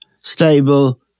stable